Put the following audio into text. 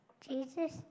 Jesus